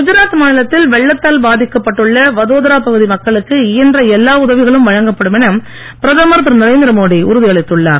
குஜராத் மாநிலத்தில் வெள்ளத்தால் பாதிக்கப்பட்டுள்ள வதோதரா பகுதி மக்களுக்கு இயன்ற எல்லா உதவிகளும் வழங்கப்படும் என பிரதமர் திரு நரேந்திர மோடி உறுதியளித்துள்ளார்